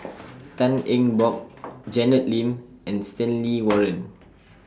Tan Eng Bock Janet Lim and Stanley Warren